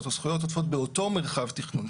או זכויות עודפות באותו מרחב תכנון,